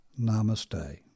Namaste